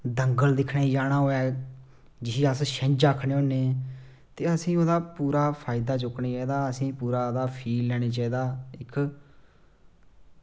दंगल दिक्खने गी जाना होऐ जि्सी अस छिंज्झ आक्खने होन्ने ते असेंगी पूरा ओह्दा फायदा चुक्कना चाहिदा असेंगी पूरा फील लैना चाहिदा